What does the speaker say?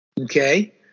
Okay